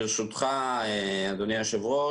ברשותך, אדוני היושב-ראש.